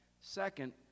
second